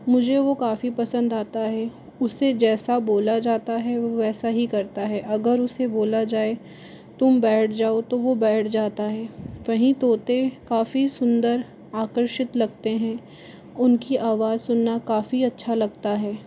मुझे वह काफी पसंद आता है उसे जैसा बोला जाता है वो वैसा ही करता है अगर उसे बोला जाए तुम बैठ जाओ तो वह बैठ जाता है वहीं तोते काफी सुंदर आकर्षित लगते हैं उनकी आवाज सुनना काफी अच्छा लगता है